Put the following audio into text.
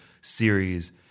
series